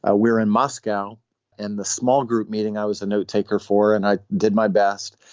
ah we're in moscow and the small group meeting i was a note taker for and i did my best.